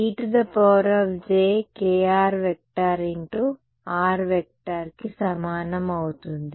r సమానం అవుతుంది